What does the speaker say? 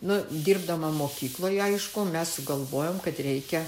nu dirbdama mokykloj aišku mes sugalvojom kad reikia